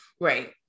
Right